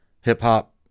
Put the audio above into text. hip-hop